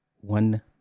one